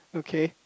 okay